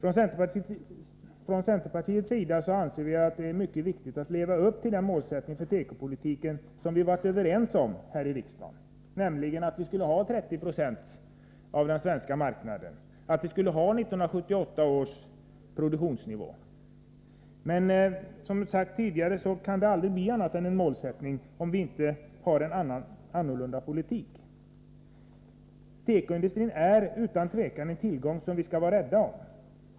Vi i centerpartiet anser att det är mycket viktigt att leva upp till den målsättning för tekopolitiken som vi varit överens om här i riksdagen, nämligen att vi skall förse den svenska marknaden med 30 926 av svensktillverkade produkter. Det betyder att vi skall hålla fast vid 1978 års produktionsnivå. Men det kan, som jag har sagt tidigare, aldrig bli annat än en målsättning, om vi inte för en annan politik. Tekoindustrin är utan tvivel en tillgång som vi skall vara rädda om.